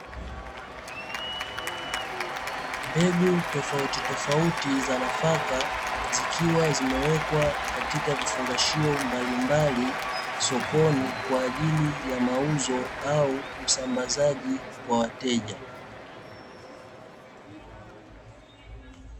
Mbegu tofauti tofauti za nafaka zikiwa zimewekwa katika vifungashio mbalimbali sokoni, kwa ajili ya mauzo ama usambazaji kwa wateja.